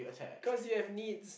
cause you have needs